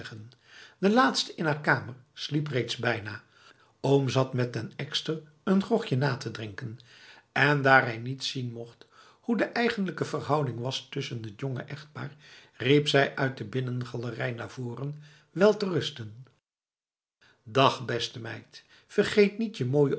de laatste in haar kamer sliep reeds bijna oom zat met den ekster n grogje na te drinken en daar hij niet zien mocht hoe de eigenlijke verhouding was tussen het jonge echtpaar riep zij uit de binnengalerij naar voren welterusten dag beste meid vergeet nietje mooie